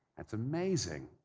that's amazing.